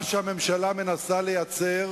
מה שהממשלה מנסה לייצר